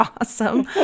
awesome